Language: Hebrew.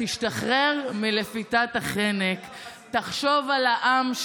תשתחרר מלפיתת החנק, קרן, הוא